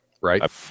right